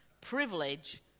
Privilege